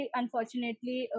unfortunately